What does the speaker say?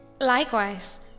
Likewise